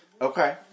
Okay